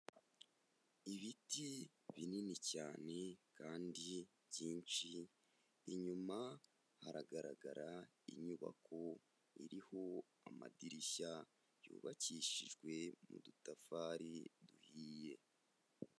Ibiti binini cyane kandi byinshi. Inyuma haragaragara inyubako iriho amadirishya yubakishijwe mu dutafari duhiye.